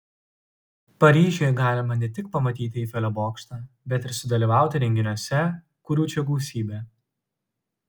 paryžiuje galima ne tik pamatyti eifelio bokštą bet ir sudalyvauti renginiuose kurių čia gausybė